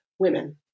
women